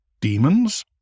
Demons